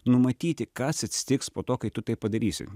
numatyti kas atsitiks po to kai tu tai padarysi